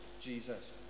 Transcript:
Jesus